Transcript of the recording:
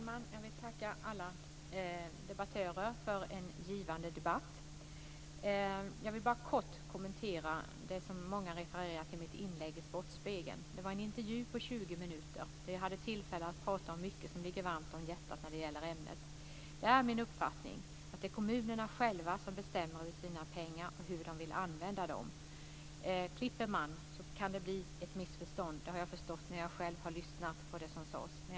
Fru talman! Jag vill tacka alla debattörer för en givande debatt. Jag vill bara kort kommentera mitt inlägg i Sportnytt, som många refererade till. Det var en intervju på 20 minuter där jag hade tillfälle att prata om mycket som ligger mig varmt om hjärtat när det gäller ämnet. Det är min uppfattning att det är kommunerna själva som bestämmer över sina pengar och hur de vill använda dem. Om man klipper i ett inslag kan det bli missförstånd - det har jag förstått när jag själv har lyssnat på det som sades.